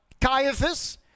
Caiaphas